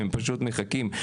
הם פשוט מחכים.